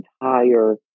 entire